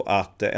att